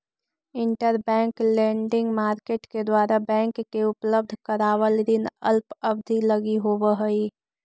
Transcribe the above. interbank lending market के द्वारा bank के उपलब्ध करावल ऋण अल्प अवधि लगी होवऽ हइ